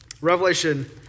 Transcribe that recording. Revelation